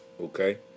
okay